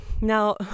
now